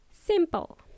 Simple